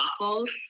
waffles